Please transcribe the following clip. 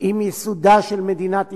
עם ייסודה של מדינת ישראל,